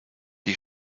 die